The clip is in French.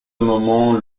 moment